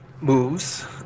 moves